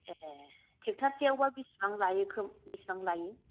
ए टेकटारसेयावबा बिसिबां लायो बिसिबां लायो